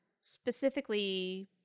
specifically –